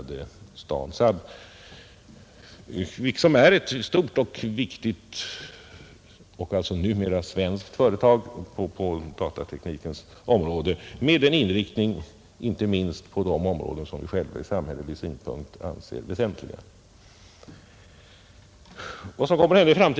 Det senare är ett stort och viktigt och numera svenskt företag på datateknikens område med inriktning inte minst på de områden som vi ur samhällelig synpunkt anser väsentliga.